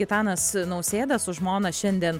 gitanas nausėda su žmona šiandien